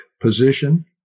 position